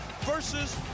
versus